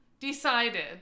Decided